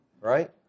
right